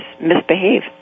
misbehave